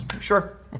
sure